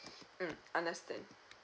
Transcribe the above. mm understand